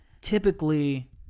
Typically